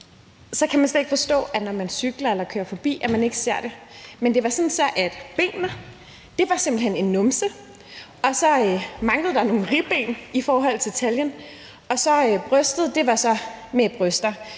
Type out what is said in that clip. at man ikke så det, når man cyklede eller kørte forbi. Men det var sådan, at benene simpelt hen var en numse, og så manglede der nogle ribben i forhold til taljen, og brystet var så med bryster.